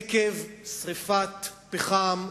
עקב שרפת פחם,